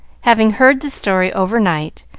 having heard the story overnight,